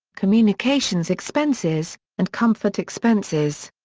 communications expenses, and comfort expenses.